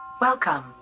Welcome